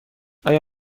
آیا